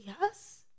Yes